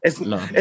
no